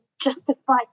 justify